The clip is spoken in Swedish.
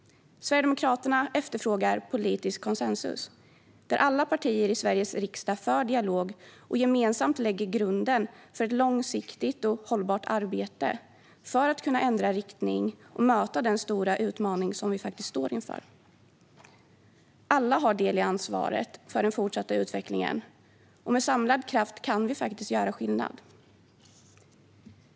Sverigedemokraterna efterfrågar politisk konsensus, där alla partier i Sveriges riksdag för dialog och gemensamt lägger grunden för ett långsiktigt och hållbart arbete för att kunna ändra riktning och möta den stora utmaning som vi står inför. Alla har del i ansvaret för den fortsatta utvecklingen, och med samlad kraft kan vi faktiskt göra skillnad.